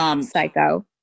Psycho